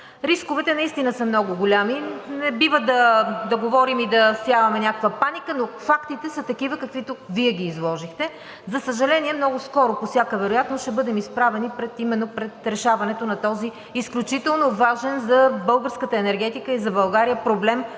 Рисковете наистина са много големи, не бива да говорим и да всяваме някаква паника, но фактите са такива, каквито Вие ги изложихте, за съжаление, много скоро по всяка вероятност ще бъдем изправени именно пред решаването на този изключително важен за българската енергетика и за България проблем,